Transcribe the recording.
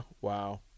Wow